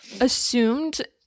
assumed